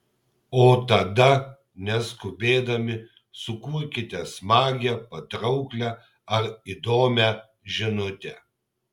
o tada neskubėdami sukurkite smagią patrauklią ar įdomią žinutę